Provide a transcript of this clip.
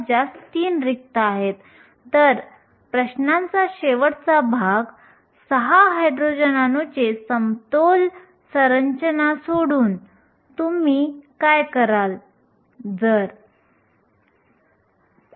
निर्मिती आणि पुनर्संयोजन घडते जेणेकरून आपण म्हणू शकतो की ही एक गतिशील प्रक्रिया आहे